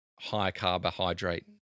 high-carbohydrate